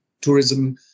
tourism